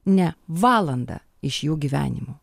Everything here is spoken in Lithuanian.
ne valandą iš jų gyvenimo